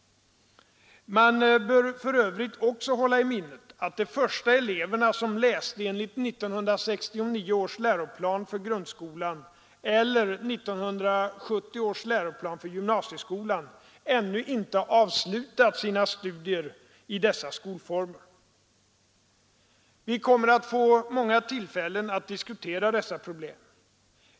Man bör för övrigt också hålla i minnet att de första eleverna som läst enligt 1969 års läroplan för grundskolan eller 1970 års läroplan för gymnasieskolan ännu inte avslutat sina studier i dessa skolformer. Vi kommer att få många tillfällen att diskutera dessa problem.